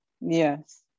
Yes